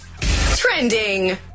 Trending